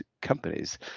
companies